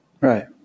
Right